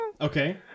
Okay